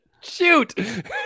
Shoot